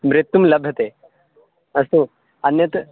मृत्युं लभन्ते अस्तु अन्यत्